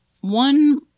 one